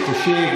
היא תשיב,